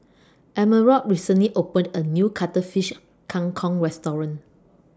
Emerald recently opened A New Cuttlefish Kang Kong Restaurant